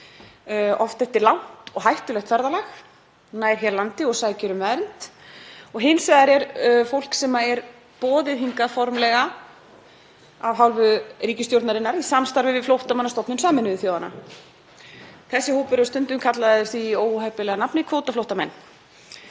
oft eftir langt og hættulegt ferðalag, nær hér landi og sækir um vernd. Hins vegar er fólk sem er boðið hingað formlega af hálfu ríkisstjórnarinnar í samstarfi við Flóttamannastofnun Sameinuðu þjóðanna. Þessi hópur er stundum kallaður því óheppilega nafni kvótaflóttamenn.